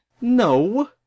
No